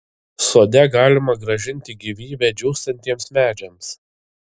sode galima grąžinti gyvybę džiūstantiems medžiams